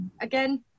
again